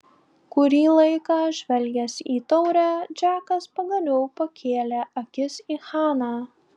kurį laiką žvelgęs į taurę džekas pagaliau pakėlė akis į haną